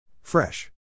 Fresh